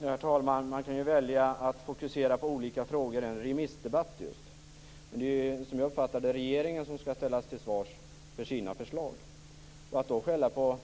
Herr talman! Man kan ju välja att fokusera på olika frågor i just en remissdebatt. Som jag uppfattar det är det regeringen som skall ställas till svars för sina förslag. Att då skälla på